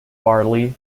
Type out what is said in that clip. barley